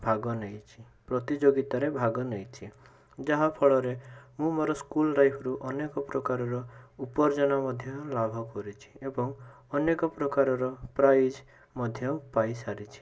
ଭାଗ ନେଇଛି ପ୍ରତିଯୋଗିତାରେ ଭାଗ ନେଇଛି ଯାହାଫଳରେ ମୁଁ ମୋର ସ୍କୁଲ ଲାଇଫ୍ରୁ ଅନେକ ପ୍ରକାରର ଉପାର୍ଜନା ମଧ୍ୟ ଲାଭ କରିଛି ଏବଂ ଅନେକ ପ୍ରକାରର ପ୍ରାଇଜ୍ ମଧ୍ୟ ପାଇସାରିଛି